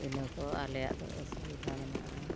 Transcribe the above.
ᱤᱱᱟᱹ ᱠᱚ ᱟᱞᱮᱭᱟᱜ ᱫᱚ ᱚᱥᱩᱵᱤᱫᱷᱟ ᱢᱮᱱᱟᱜᱼᱟ